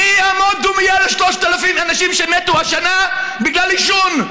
מי יעמוד דומייה ל-3,000 אנשים שמתו השנה בגלל עישון?